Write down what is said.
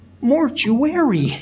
mortuary